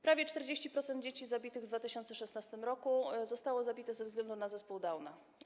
Prawie 40% dzieci zabitych w 2016 r. zostało zabitych ze względu na zespół Downa.